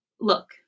look